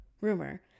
rumor